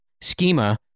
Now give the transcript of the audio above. schema